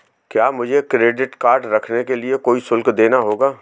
क्या मुझे credit card रखने के लिए कोई शुल्क देना होगा?